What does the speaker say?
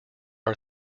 are